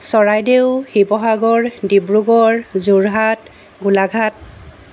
Charaideo Sivasagar Dibrugarh Jorhat Golaghat